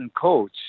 coach